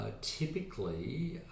typically